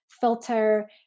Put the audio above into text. filter